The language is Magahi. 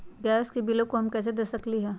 गैस के बिलों हम बैंक से कैसे कर सकली?